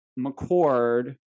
McCord